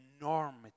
enormity